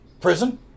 prison